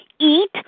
eat